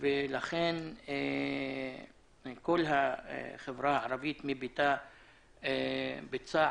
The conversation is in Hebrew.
של הישוב ולכן כל החברה הערבית מביטה בצער,